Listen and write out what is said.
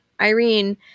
Irene